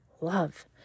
love